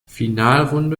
finalrunde